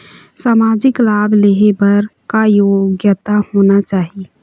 सामाजिक लाभ लेहे बर का योग्यता होना चाही?